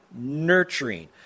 nurturing